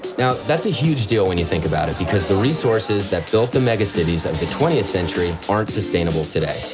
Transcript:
now, that's a huge deal when you think about it, because the resources that built the megacities of the twentieth century aren't sustainable today.